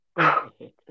Okay